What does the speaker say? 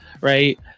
right